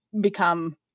become